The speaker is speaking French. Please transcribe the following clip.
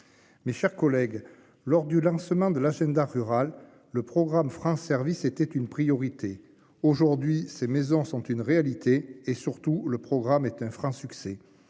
Mes chers collègues lors du lancement de l'agenda rural le programme France service était une priorité aujourd'hui. Ces maisons sont une réalité et surtout le programme est un franc succès